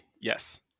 Yes